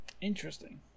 Interesting